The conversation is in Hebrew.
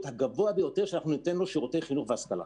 הגבוה ביותר לקבל שירותי חינוך והשכלה,